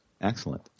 Excellent